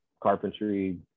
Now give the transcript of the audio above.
carpentry